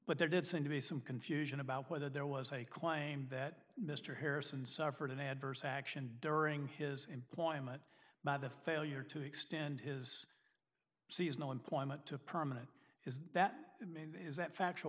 but there did seem to be some confusion about whether there was a claim that mr harrison suffered an adverse action during his employment by the failure to extend his seasonal employment to permanent is that is that factual